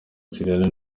juliana